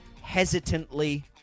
hesitantly